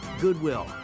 Goodwill